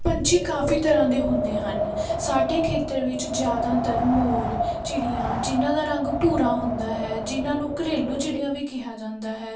ਪੰਛੀ ਕਾਫੀ ਤਰ੍ਹਾਂ ਦੇ ਹੁੰਦੇ ਹਨ ਸਾਡੇ ਖੇਤਰ ਵਿੱਚ ਜ਼ਿਆਦਾਤਰ ਮੋਰ ਚਿੜੀਆਂ ਜਿਨ੍ਹਾਂ ਦਾ ਰੰਗ ਭੂਰਾ ਹੁੰਦਾ ਹੈ ਜਿਨ੍ਹਾਂ ਨੂੰ ਘਰੇਲੂ ਚਿੜੀਆਂ ਵੀ ਕਿਹਾ ਜਾਂਦਾ ਹੈ